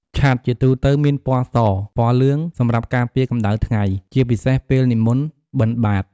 ឆ័ត្រ ជាទូទៅមានពណ៌ស ឬលឿង សម្រាប់ការពារកម្ដៅថ្ងៃ ជាពិសេសពេលនិមន្តបិណ្ឌបាត្រ។